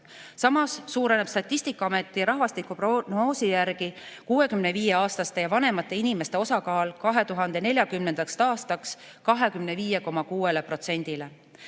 Samas suureneb Statistikaameti rahvastikuprognoosi järgi 65‑aastaste ja vanemate inimeste osakaal 2040. aastaks 25,6%-le.